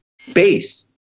space